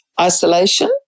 isolation